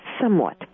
somewhat